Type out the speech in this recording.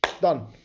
Done